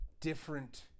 different